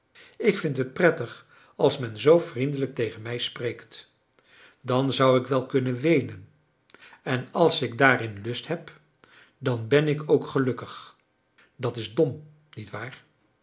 ik vind het prettig als men zoo vriendelijk tegen mij spreekt dan zou ik wel kunnen weenen en als ik daarin lust heb dan ben ik ook gelukkig dat is dom niet waar